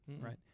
right